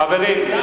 חברים,